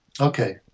Okay